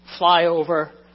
flyover